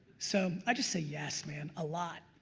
so i just say yes, man, a lot.